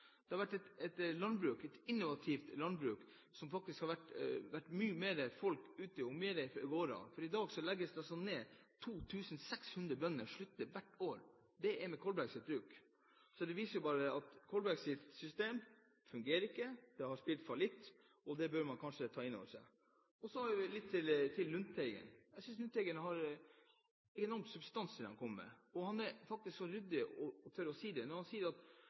hadde det vært et helt annet landbruk. Ja, det har Kolberg helt rett i. Det hadde vært et innovativt landbruk der det faktisk hadde vært mye mer folk og flere gårder. I dag legges bruk ned – 2 600 bønder slutter hvert år. Det er med Kolbergs landbruk. Det viser bare at Kolbergs system ikke fungerer. Det har spilt fallitt, og det bør man kanskje ta inn over seg. Så til Lundteigen. Jeg synes Lundteigen har enorm substans i det han kommer med. Han er faktisk så ryddig og tør å si at man driver og stigmatiserer dem som er uenige. Det